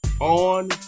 on